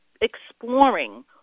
exploring